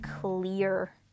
clear